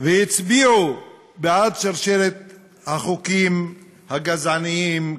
והצביעו בעד שרשרת החוקים הגזעניים,